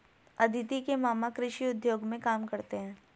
अदिति के मामा कृषि उद्योग में काम करते हैं